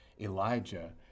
Elijah